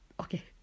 okay